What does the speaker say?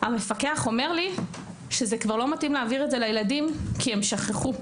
המפקח אומר לי שזה כבר לא מתאים להעביר את זה לילדים כי הם שכחו.